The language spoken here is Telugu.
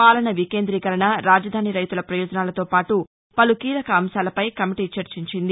పాలన వికేంద్రీకరణ రాజధాని రైతుల ప్రయోజనాలతో పాటు పలు కీలక అంశాలపై కమిటీ చర్చించింది